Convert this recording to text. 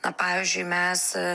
na pavyzdžiui mes